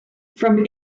from